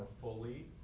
fully